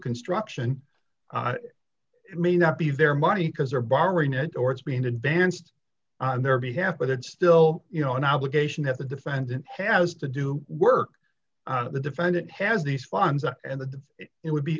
construction it may not be their money because they're borrowing it or it's being advanced on their behalf but it's still you know an obligation that the defendant has to do work the defendant has these funds and that it would be